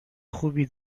خوبی